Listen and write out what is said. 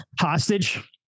Hostage